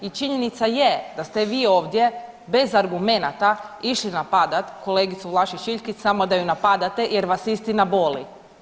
I činjenica je da ste vi ovdje bez argumenata išli napad kolegicu Vlašić Iljkić samo da ju napadate jer vas istina boli.